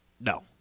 No